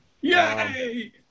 Yay